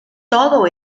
todo